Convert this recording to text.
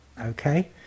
Okay